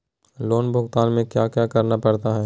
loan भुगतान में क्या क्या करना पड़ता है